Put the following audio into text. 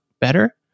better